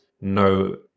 no